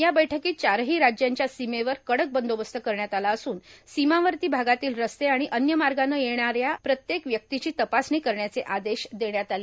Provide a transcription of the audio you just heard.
या बैठकीत चारही राज्यांच्या सीमेवर कडक बंदोबस्त करण्यात आला असून सीमावर्ती भागातील रस्ते आणि अन्य मार्गानं येजा करणाऱ्या प्रत्येक व्यक्तीची तपासणी करण्याचे आदेश देण्यात आले